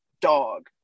dog